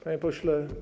Panie Pośle!